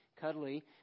cuddly